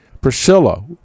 Priscilla